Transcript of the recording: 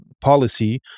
policy